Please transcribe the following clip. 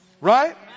right